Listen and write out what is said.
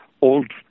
old